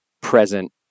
present